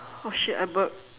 oh shit I burped